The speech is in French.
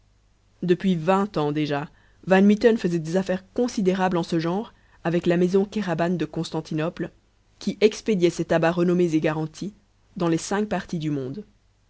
depuis vingt ans déjà van mitten faisait des affaires considérables en ce genre avec la maison kéraban de constantinople qui expédiait ses tabacs renommés et garantis dans les cinq parties du monde